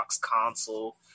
console